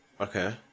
Okay